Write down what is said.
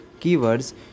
keywords